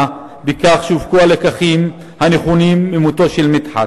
בכך שיופקו הלקחים הנכונים ממותו של מדחת,